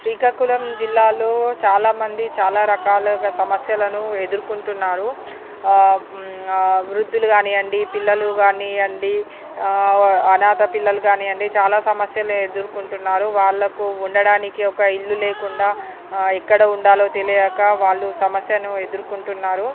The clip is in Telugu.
శ్రీకాకుళం జిల్లాలో చాలామంది చాలా రకాలుగా సమస్యలను ఎదుర్కొంటున్నారు వృద్ధులు కానీయండి పిల్లలు కానీయండి అనాథ పిల్లలు కానీయండి చాలా సమస్యలు ఎదుర్కొంటున్నారు వాళ్ళకు ఉండడానికి ఒక ఇళ్ళు లేకుండా ఎక్కడ ఉండాలో తెలియక వాళ్ళు సమస్యను ఎదుర్కొంటున్నారు